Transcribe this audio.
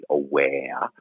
aware